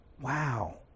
wow